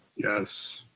yes.